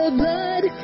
blood